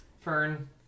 Fern